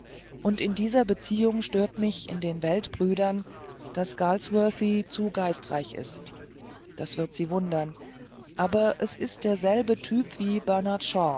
und in dieser beziehung stört mich in den weltbrüdern daß galsworthy zu geistreich ist das wird sie wundern aber es ist derselbe typ wie